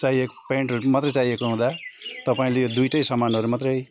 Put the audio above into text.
चाहिएको प्यान्टहरू मात्रै चाहिएको हुँदा तपाईँले यो दुइवटै सामानहरू मात्रै